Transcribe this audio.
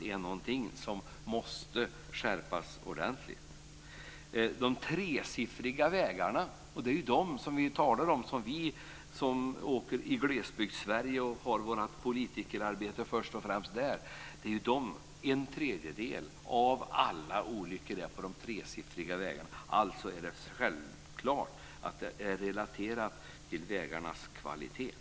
Det är någonting som måste skärpas ordentligt. Det är de tresiffriga vägarna som vi som åker i Glesbygdssverige och som har vårt politikerarbete först och främst där talar om. En tredjedel av alla olyckor sker på de tresiffriga vägarna. Det är självklart att det är relaterat till vägarnas kvalitet.